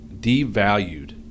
devalued